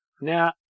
Now